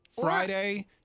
Friday